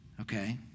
Okay